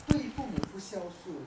对父母不孝顺